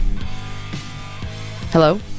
Hello